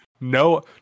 no